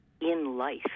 in-life